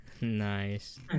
Nice